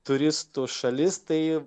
turistų šalis tai